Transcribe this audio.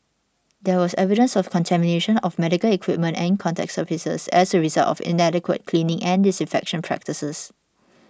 there was evidence of contamination of medical equipment and contact surfaces as a result of inadequate cleaning and disinfection practices